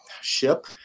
ship